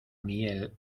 miel